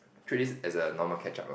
treat this as a normal catch up lor